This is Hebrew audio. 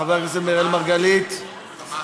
חבר הכנסת אראל מרגלית תומך,